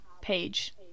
page